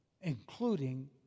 including